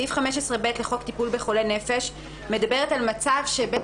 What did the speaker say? סעיף 15(ב) לחוק טיפול בחולי נפש מדברת על מצב שבית